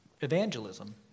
evangelism